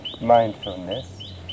mindfulness